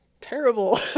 terrible